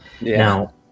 now